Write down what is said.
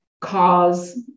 cause